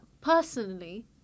personally